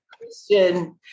Christian